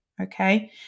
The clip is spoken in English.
Okay